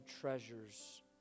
treasures